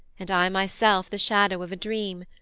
and i myself the shadow of a dream,